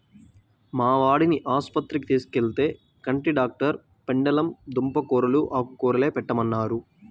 మా వాడిని ఆస్పత్రికి తీసుకెళ్తే, కంటి డాక్టరు పెండలం దుంప కూరలూ, ఆకుకూరలే పెట్టమన్నారు